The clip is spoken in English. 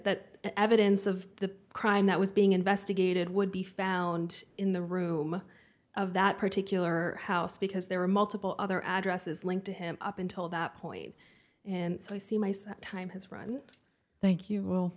that evidence of the crime that was being investigated would be found in the room of that particular house because there were multiple other addresses linked to him up until that point and so i see myself time has run thank you w